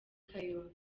kayonza